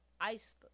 ice